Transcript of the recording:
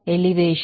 elevation